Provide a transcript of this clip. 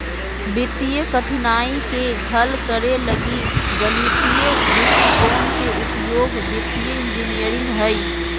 वित्तीय कठिनाइ के हल करे लगी गणितीय दृष्टिकोण के उपयोग वित्तीय इंजीनियरिंग हइ